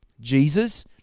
Jesus